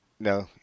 No